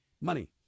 money